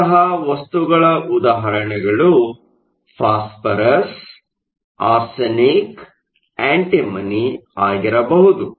ಅಂತಹ ವಸ್ತುಗಳ ಉದಾಹರಣೆಗಳು ಫಾಸ್ಫರಸ್ ಆರ್ಸೆನಿಕ್ ಆಂಟಿಮನಿ ಆಗಿರಬಹುದು